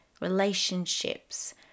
relationships